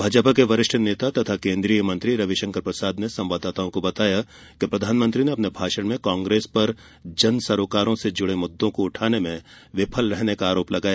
भाजपा के वरिष्ठ नेता तथा केंद्रीय मंत्री रविशंकर प्रसाद ने संवाददाताओं को बताया कि प्रधानमंत्री ने अपने भाषण में कांग्रेस पर जन सरोकारों से जुड़े मुद्दों को उठाने में विफल रहने का आरोप लगाया